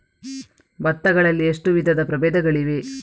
ಭತ್ತ ಗಳಲ್ಲಿ ಎಷ್ಟು ವಿಧದ ಪ್ರಬೇಧಗಳಿವೆ?